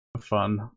fun